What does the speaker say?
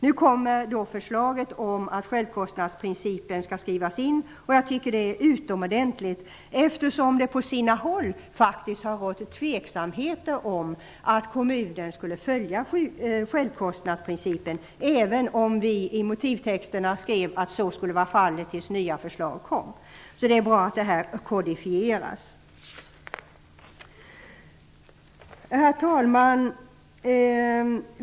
Nu kommer förslaget om att självkostnadsprincipen skall skrivas in i kommunallagen. Jag tycker att det är utomordentligt, eftersom det på sina håll faktiskt har rått tveksamhet om att kommunen skulle följa självkostnadsprincipen, även om vi i motivtexterna skrev att så skulle vara fallet tills nya förslag kom. Det är bra att detta kodifieras.